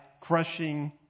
crushing